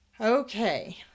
okay